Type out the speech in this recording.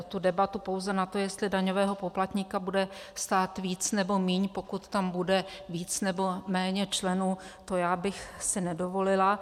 Zúžit debatu pouze na to, jestli daňového poplatníka bude stát víc, nebo míň, pokud tam bude víc, nebo méně členů, to já bych si nedovolila.